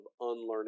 unlearning